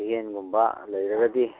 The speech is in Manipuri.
ꯕꯦꯟꯒꯨꯝꯕ ꯂꯩꯔꯒꯗꯤ